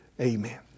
amen